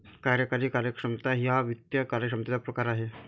कार्यकारी कार्यक्षमता हा वित्त कार्यक्षमतेचा प्रकार आहे